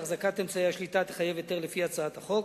החזקת אמצעי השליטה תחייב היתר לפי הצעת החוק,